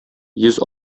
йөз